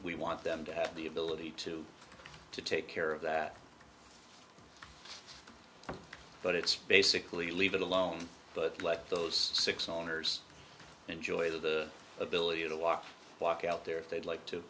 we want them to have the ability to to take care of that but it's basically leave it alone but let those six owners enjoy the ability to walk walk out there if they'd like to